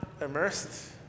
immersed